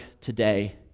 today